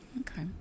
okay